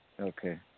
Okay